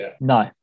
no